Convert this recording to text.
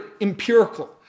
empirical